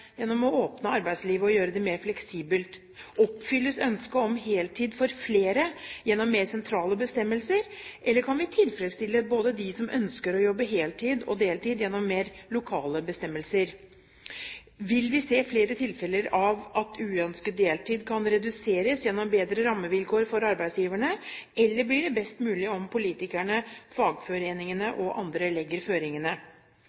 gjennom å åpne arbeidslivet og gjøre det mer fleksibelt? Oppfylles ønsket om heltid for flere gjennom mer sentrale bestemmelser, eller kan vi tilfredsstille både dem som ønsker å jobbe heltid, og dem som ønsker å jobbe deltid, gjennom mer lokale bestemmelser? Vil vi se flere tilfeller av at uønsket deltid kan reduseres gjennom bedre rammevilkår for arbeidsgiverne, eller blir det best mulig om politikerne, fagforeningene